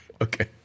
Okay